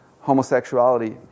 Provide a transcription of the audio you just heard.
homosexuality